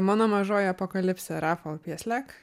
mano mažoji apokalipsė rafo pieslek